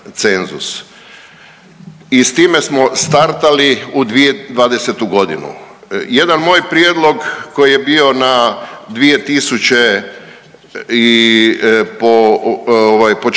I s time smo startali u 2020. godinu. Jedan moj prijedlog koji je bio na 2 tisuća